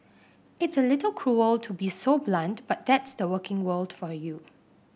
it's a little cruel to be so blunt but that's the working world for you